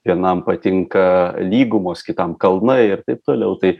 vienam patinka lygumos kitam kalnai ir taip toliau tai